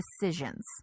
decisions